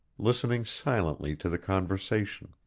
listening silently to the conversation,